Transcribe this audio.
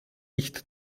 licht